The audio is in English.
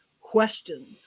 Question